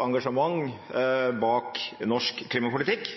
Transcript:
engasjement bak norsk klimapolitikk.